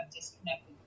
disconnected